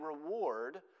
reward